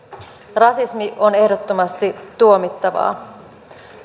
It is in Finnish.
rasismi on ehdottomasti tuomittavaa